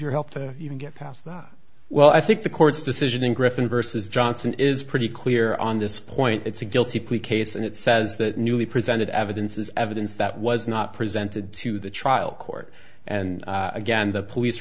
your help to even get past that well i think the court's decision in griffin versus johnson is pretty clear on this point it's a guilty plea case and it says that newly presented evidence is evidence that was not presented to the trial court and again the police